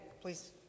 please